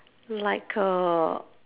like a